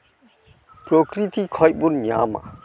ᱯᱨᱚᱠᱨᱤᱛᱤ ᱠᱷᱚᱡ ᱵᱚᱱ ᱧᱟᱢᱟ